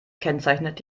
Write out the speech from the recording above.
kennzeichnet